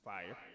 Fire